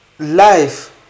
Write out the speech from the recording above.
Life